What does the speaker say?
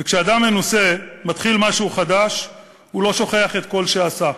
וכשאדם מנוסה מתחיל משהו חדש הוא לא שוכח את כל שעשה,